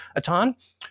Atan